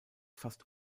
fast